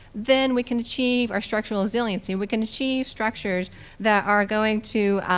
then we can achieve our structural resiliency. we can achieve structures that are going to